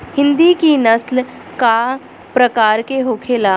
हिंदी की नस्ल का प्रकार के होखे ला?